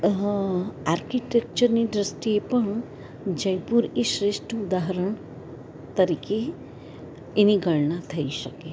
આર્કિટેક્ચરની દ્રષ્ટિએ પણ જયપુર શ્રેષ્ઠ ઉદાહરણ તરીકે એની ગણના થઇ શકે